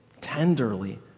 tenderly